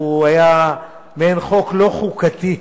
היה חוק לא חוקתי,